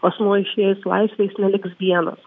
asmuo išėjęs į laisvę jis neliks vienas